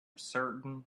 certain